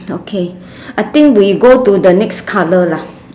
okay I think we go to the next colour lah